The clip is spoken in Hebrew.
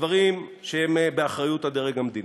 בדברים שהם באחריות הדרג המדיני.